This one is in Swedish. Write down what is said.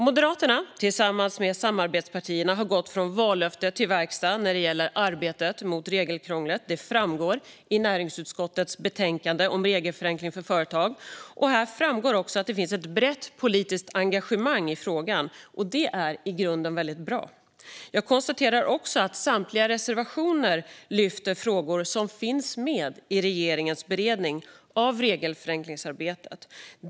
Moderaterna har tillsammans med samarbetspartierna gått från vallöfte till verkstad när det gäller arbetet mot regelkrånglet. Det framgår i näringsutskottets betänkande Regelförenkling för företag . Här framgår också att det finns ett brett politiskt engagemang i frågan, och det är i grunden bra. Jag konstaterar också att samtliga reservationer lyfter frågor som finns med i regeringens beredning av regelförenklingsarbetet.